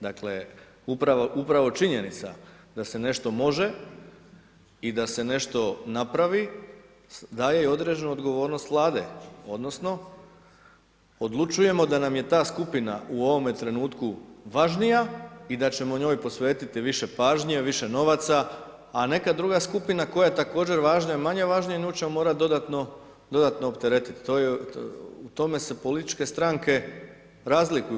Dakle, upravo činjenica da se nešto može i da se nešto napravi da je i određenu odgovornost Vlade, odnosno odlučujemo da nam je ta skupina u ovom trenutku važnija i da će njoj posvetiti više pažnje, više novaca a neka druga skupina koja je također važnija i manje važnija, nju će morati dodatno opteretiti, u tome se političke stranke razlikuju.